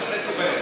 ב-20:30,